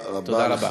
תודה רבה.